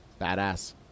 Badass